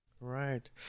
Right